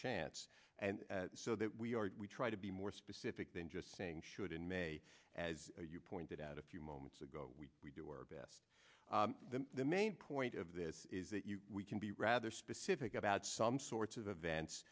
chance and so that we are we try to be more specific than just saying should and may as you pointed out a few moments ago we do our best the main point of this is that you we can be rather specific about some sorts of events